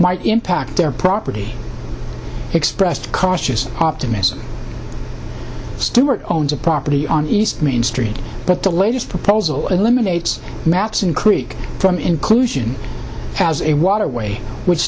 might impact their property expressed cautious optimism stuart owns a property on east main street but the latest proposal eliminates mattson creek from inclusion has a waterway which